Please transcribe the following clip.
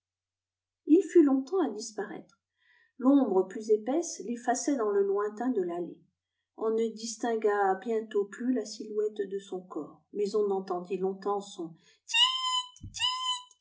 il fut longtemps à disparaître l'ombre plus épaisse l'effaçait dans le lointain de l'allée on ne distingua bientôt plus la silhouette de son corps mais on entendit longtemps son